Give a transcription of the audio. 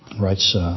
Writes